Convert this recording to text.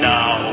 Now